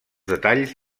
detalls